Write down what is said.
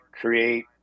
create